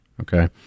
okay